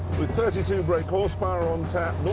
with thirty two brake horse power on tap,